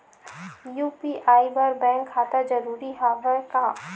UPI बर bank खाता जरूरी हवय का?